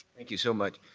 thank you so much.